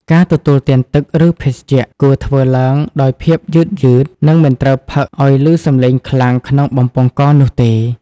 ការទទួលទានទឹក ឬភេសជ្ជៈ គួរធ្វើឡើងដោយភាពយឺតៗ និងមិនត្រូវផឹកឱ្យឮសំឡេងខ្លាំងក្នុងបំពង់កនោះទេ។